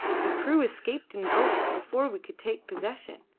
the crew escaped in boats before we could take possession.